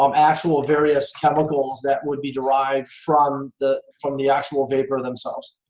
um actual various chemicals that would be derived from the from the actual vapor themselves.